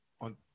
on